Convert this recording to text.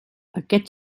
aquest